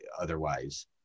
otherwise